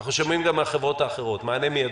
אנחנו שומעים גם מן החברות האחרות מענה מידי.